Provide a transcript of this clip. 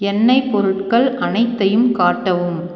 எண்ணெய் பொருட்கள் அனைத்தையும் காட்டவும்